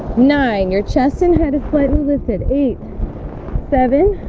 nine your chest and head is slightly lifted eight seven